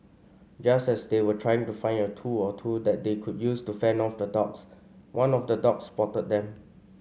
just as they were trying to find a tool or two that they could use to fend off the dogs one of the dogs spotted them